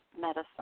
medicine